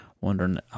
wondering